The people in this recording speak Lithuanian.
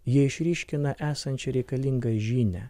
jie išryškina esančią reikalingą žinią